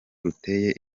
ruteye